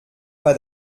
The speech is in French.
pas